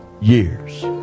years